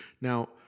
Now